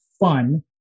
fun